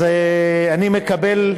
אז אני מקבל,